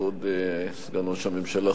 כבוד סגן ראש הממשלה,